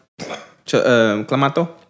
Clamato